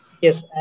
Yes